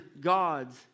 God's